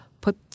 put